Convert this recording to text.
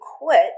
quit